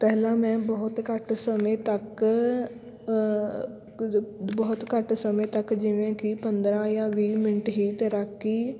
ਪਹਿਲਾਂ ਮੈਂ ਬਹੁਤ ਘੱਟ ਸਮੇਂ ਤੱਕ ਬਹੁਤ ਘੱਟ ਸਮੇਂ ਤੱਕ ਜਿਵੇਂ ਕਿ ਪੰਦਰ੍ਹਾਂ ਜਾਂ ਵੀਹ ਮਿੰਟ ਹੀ ਤੈਰਾਕੀ